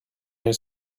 her